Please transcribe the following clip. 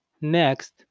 Next